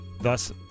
Thus